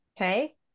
okay